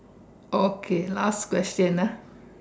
okay last question ah